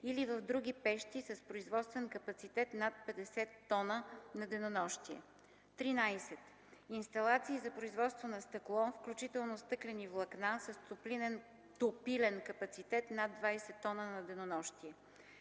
или в други пещи с производствен капацитет над 50 т на денонощие. 13. Инсталации за производство на стъкло, включително стъклени влакна, с топилен капацитет над 20 т на денонощие.